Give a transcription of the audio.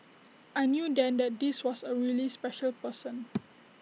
I knew then that this was A really special person